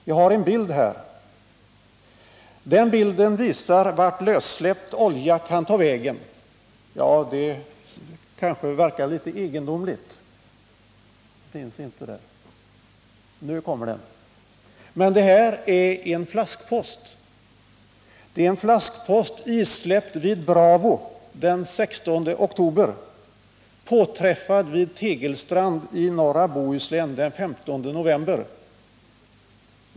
Jag har en bild här som visar vart lössläppt olja kan ta vägen. Det kanske verkar litet egendomligt, men det är en flaskpost som bilden föreställer. Det är en flaskpost, isläppt vid Bravo den 16 oktober, påträffad vid Tegelstrand i norra Bohuslän den 15 november.